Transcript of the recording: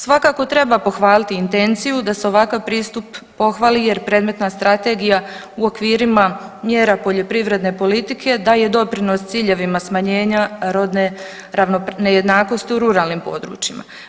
Svakako treba pohvaliti intenciju da se ovakav pristup pohvali jer predmetna strategija u okvirima mjera poljoprivredne politike daje doprinos ciljevima smanjenja rodne nejednakosti u ruralnim područjima.